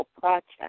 project